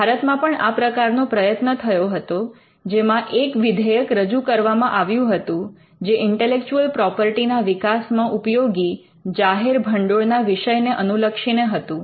ભારતમાં પણ આ પ્રકારનો પ્રયત્ન થયો હતો જેમાં એક વિધેયક રજૂ કરવામાં આવ્યું હતું જે ઇન્ટેલેક્ચુઅલ પ્રોપર્ટી ના વિકાસમાં ઉપયોગી જાહેર ભંડોળના વિષયને અનુલક્ષીને હતું